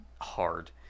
Hard